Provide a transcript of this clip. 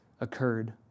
occurred